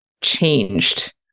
changed